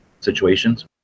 situations